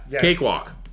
Cakewalk